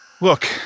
look